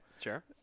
Sure